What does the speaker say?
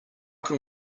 can